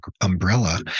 umbrella